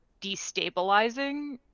destabilizing